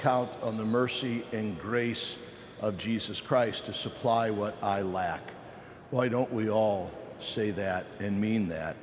count on the mercy and grace of jesus christ to supply what i lack why don't we all say that and mean that